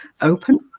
open